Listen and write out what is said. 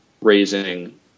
raising